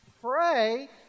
Pray